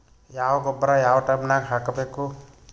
ಯಾವ ಗೊಬ್ಬರ ಯಾವ ಟೈಮ್ ನಾಗ ಹಾಕಬೇಕು?